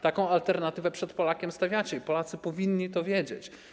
Taką alternatywę przed Polakiem stawiacie i Polacy powinni to wiedzieć.